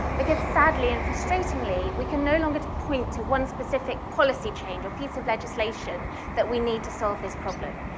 because sadly and frustratingly, we can no longer point to one specific policy change or piece of legislation that we need to solve this problem.